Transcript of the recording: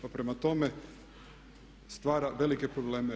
Pa prema tome stvara velike probleme RH.